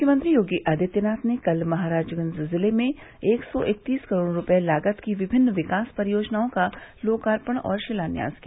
मुख्यमंत्री योगी आदित्यनाथ ने कल महराजगंज ज़िले में एक सौ इक्तीस करोड़ रूपये लागत की विभिन्न विकास परियोजनाओं का लोकार्पण और शिलान्यास किया